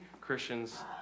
Christians